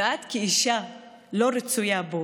ואת, כאישה לא רצויה בו.